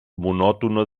monòtona